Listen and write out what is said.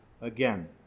again